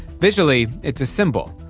visually, it's a symbol.